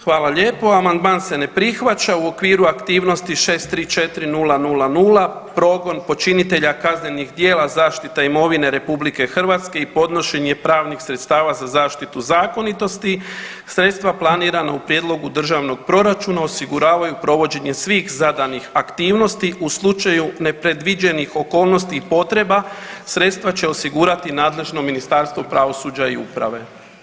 Hvala lijepo, amandman se ne prihvaća, u okviru aktivnosti 634000 Progon počinitelja kaznenih djela zaštite imovine RH i podnošenje pravnih sredstava za zaštitu zakonitosti, sredstva planirana u prijedlogu Državnog proračuna osiguravaju provođenje svih zadanih aktivnosti u slučaju nepredviđenih okolnosti i potreba, sredstva će osigurati nadležno Ministarstvo pravosuđa i uprave.